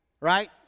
right